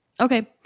Okay